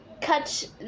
cut